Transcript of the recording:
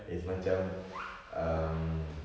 it's macam um